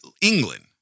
England